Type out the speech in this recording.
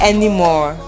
Anymore